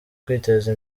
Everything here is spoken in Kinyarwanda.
kwiteza